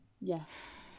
Yes